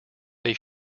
they